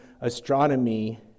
astronomy